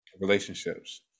relationships